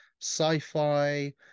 sci-fi